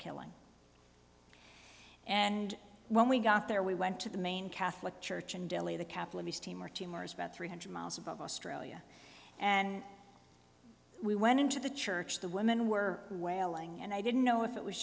killing and when we got there we went to the main catholic church in delhi the capital of east timor to mars about three hundred miles above australia and we went into the church the women were wailing and i didn't know if it was